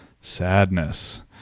sadness